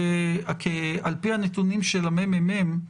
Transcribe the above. על פי הנתונים של הממ"מ,